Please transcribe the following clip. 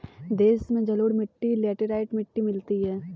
देश में जलोढ़ मिट्टी लेटराइट मिट्टी मिलती है